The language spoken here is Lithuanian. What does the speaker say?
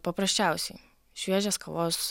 paprasčiausiai šviežias kavos